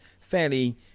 fairly